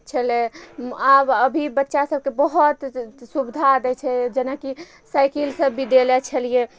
छलै आब अभी बच्चा सबके बहुत सुविधा दै छै जेनाकि साइकिल सब भी देले छलियै